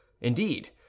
indeed